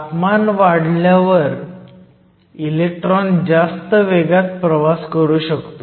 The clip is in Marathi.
तापमान वाढल्यावर इलेक्ट्रॉन जास्त वेगात प्रवास करू शकतो